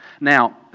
Now